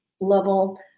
level